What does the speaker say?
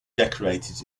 decorated